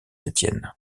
étienne